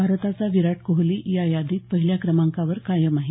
भारताचा विराट कोहली या यादीत पहिल्या क्रमांकावर कायम आहे